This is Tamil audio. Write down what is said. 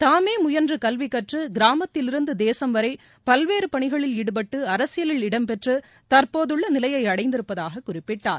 தாமே முயன்று கல்வி கற்று கிராமத்திலிருந்து தேசம் வரை பல்வேறு பணிகளில் ஈடுபட்டு அரசியலில் இடம்பெற்று தற்போதுள்ள நிலையில் அடைந்திருப்பதாக குறிப்பிட்டார்